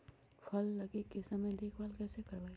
फल लगे के समय देखभाल कैसे करवाई?